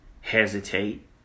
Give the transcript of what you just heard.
hesitate